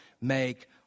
make